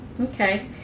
okay